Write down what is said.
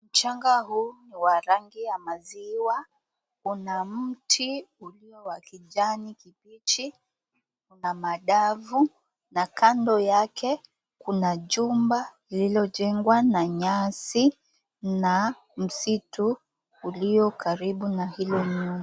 Mchanga huuwa rangi ya maziwa una mti wa kijani kibichi na madafu na kando yake kuna jumba lilo jengwa na nyasi na msitu ulio karibu na hio nyumba.